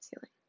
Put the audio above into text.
ceiling